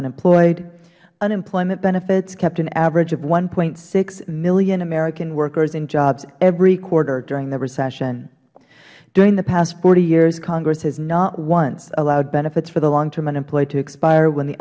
unemployed unemployment benefits kept an average of one point six million american workers in jobs every quarter during the recession during the past forty years congress has not once allowed benefits for the long term unemployed to expire when the